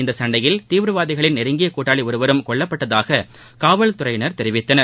இந்த சண்டையில் தீவிரவாதிகளின் நெருங்கிய கூட்டாளி ஒருவரும் கொல்லப்பட்டதாக காவல்துறையினர் தெரிவித்தனர்